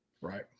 Right